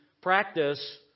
practice